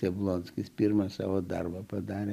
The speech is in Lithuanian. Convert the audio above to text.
jablonskis pirmą savo darbą padarė